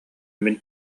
мин